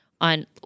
on